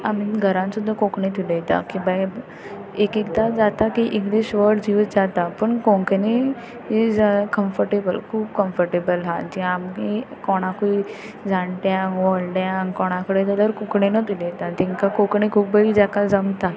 आमी घरान सुद्दा कोंकणींत उलयता की बाय एक एकदां जाता की इंग्लीश वड्ज यूज जाता पूण कोंकनी ईज कम्फटेबल खूब कम्फटेबल हा जी आमी कोणाकूय जाण्ट्यांक व्हडल्यांक कोणा कडेन जाल्यार कोंकणीनूच उलयता तांकां कोंकणी खूब बरी जाका जमता